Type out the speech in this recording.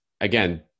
again